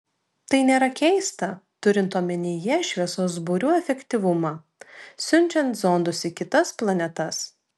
tai nėra keista turint omenyje šviesos burių efektyvumą siunčiant zondus į kitas planetas